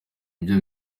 ibyo